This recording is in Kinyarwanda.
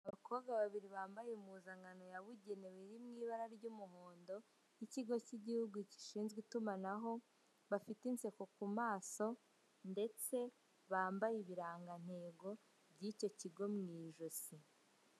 Abakobwa babiri bambaye impuzankano yabugenewe iri mu ibara ry'umuhondo, y'ikigo cy'igihugu gishinzwe itumanaho; bafite inseko ku maso ndetse bambaye ibirangantego by'icyo kigo mu ijosi.